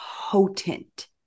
potent